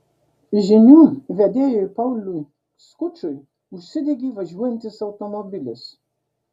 žinių vedėjui pauliui skučui užsidegė važiuojantis automobilis